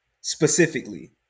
specifically